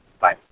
Bye